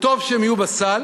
וטוב שהדברים יהיו בסל,